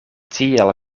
tiel